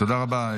תודה רבה.